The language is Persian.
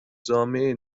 جامعه